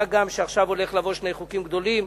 מה גם שעכשיו הולכים לבוא שני חוקים גדולים,